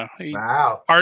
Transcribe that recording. Wow